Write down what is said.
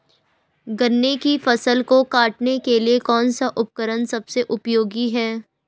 गन्ने की फसल को काटने के लिए कौन सा उपकरण सबसे उपयोगी है?